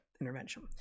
intervention